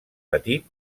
petit